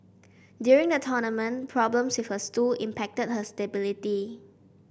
during the tournament problems with her stool impacted her stability